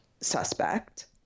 suspect